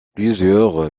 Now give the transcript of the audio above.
plusieurs